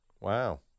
Wow